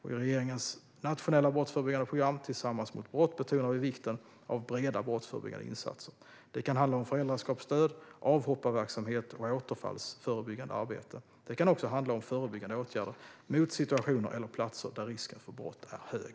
I regeringens nationella brottsförebyggande program, Tillsammans mot brott, betonar vi vikten av breda brottsförebyggande insatser. Det kan handla om föräldraskapsstöd, avhopparverksamhet och återfallsförebyggande arbete. Det kan också handla om förebyggande åtgärder mot situationer eller vid platser där risken för brott är hög.